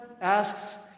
asks